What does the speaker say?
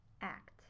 act